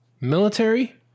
military